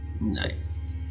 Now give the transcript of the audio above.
Nice